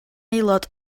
aelod